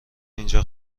اینجا